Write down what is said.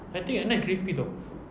I think at night creepy [tau]